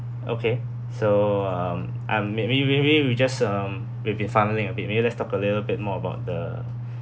okay so um um maybe maybe we just um we've been funnelling a bit maybe let's talk a little bit more about the